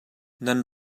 nan